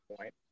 point